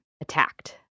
attacked